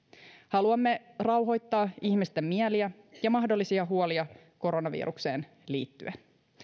haluamme rauhoittaa ihmisten mieliä ja mahdollisia huolia koronavirukseen liittyen